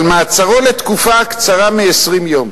על מעצרו לתקופה הקצרה מ-20 ימים"